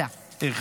תודה רבה.